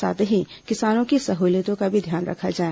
साथ ही किसानों की सहूलियतों का ध्यान भी रखा जाए